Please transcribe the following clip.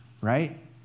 right